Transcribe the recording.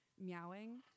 meowing